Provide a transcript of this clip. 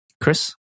Chris